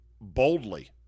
boldly